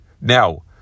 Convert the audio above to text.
now